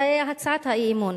הצעת האי-אמון,